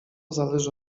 zależy